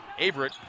Averett